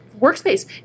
workspace